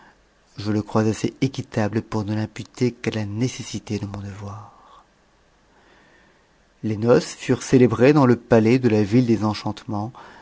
j le crois assez équitable pour ne l'imputer qu'à la nécessité de mon devoir jles noces furent célébrées dans le palais de la ville des enchantements